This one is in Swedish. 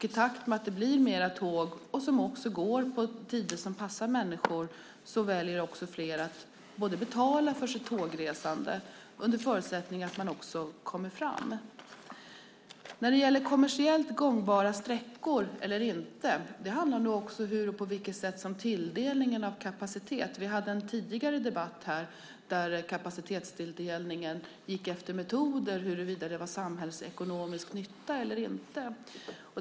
I takt med att det blir mer tåg som också går på tider som passar människor väljer fler att betala för sitt tågresande - under förutsättning att man kommer fram. När det gäller om sträckor är kommersiellt gångbara eller inte handlar det om tilldelningen av kapacitet. Vi hade en tidigare debatt här där kapacitetstilldelningen gick efter metoder huruvida det var samhällsekonomisk nytta eller inte.